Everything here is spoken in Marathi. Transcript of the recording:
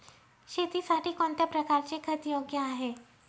शेतीसाठी कोणत्या प्रकारचे खत योग्य आहे?